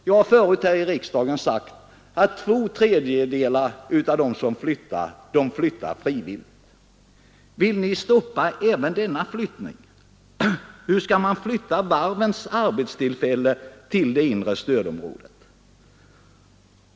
Jag har förut här i riksdagen sagt att två tredjedelar av dem som flyttar gör det frivilligt. Vill ni stoppa även den utflyttningen? Hur skall man kunna flytta varvens arbetstillfällen till det inre stödområdet?